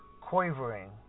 quavering